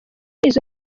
izo